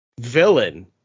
villain